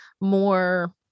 more